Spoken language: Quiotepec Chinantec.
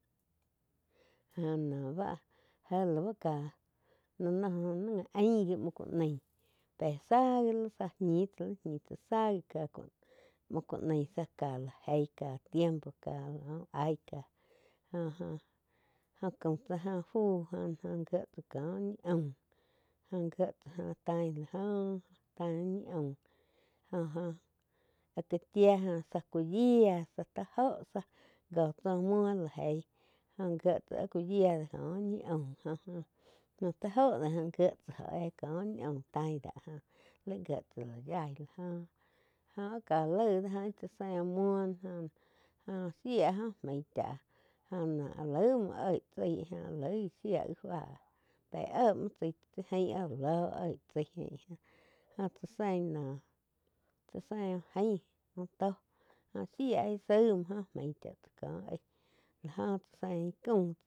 Joh no báh jé lau ká lá noh ni gá ain gi muo ku nai pé záh gi li zá ñi tsá li ñi tsá záh gi pé muo ku naih záh cá la eig ká tiempo ká íh aig tsá jo-jo caum tsá jo fu jo-jo gíe tsá kó úh ñi aum joh gíe oh tain la jóh tain úh ñi aum joh-joh áhh ká chía jo záh ku yiá zá tá joh cótsá uh muo lá jei jóh jíe tsá áh ku yia do có úh ñi aum joh tá oh do jo gíe tsá óh éh có úh ñi aum tain dá jó laig gié tsá lá yaí joh, joh áh laig dó óh íh tsá sein úhh muo jo-jo shía jo main chá jo áh laig muo oig tsái jo lai shía fá tsá pe éh muo tsaí tsá ti jain áh lo oig tsaí jó tsá sein noh tsá sein úh jain shía la saig muo joh main cha tsá kó aig la jo tsá sein íh caum.